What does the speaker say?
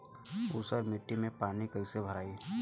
ऊसर मिट्टी में पानी कईसे भराई?